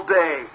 day